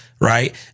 right